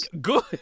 good